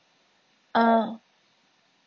uh